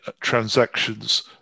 transactions